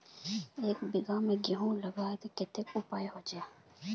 एक बिगहा में गेहूम लगाइबे ते कते उपज होते?